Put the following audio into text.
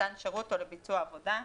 למתן שירות או לביצוע עבודה.